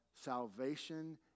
salvation